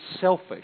selfish